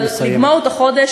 נא לסיים.